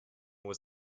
was